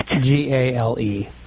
G-A-L-E